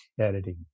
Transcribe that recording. editing